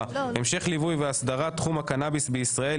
המשך ליווי ואסדרת תחום הקנאביס בישראל,